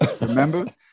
Remember